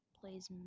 plays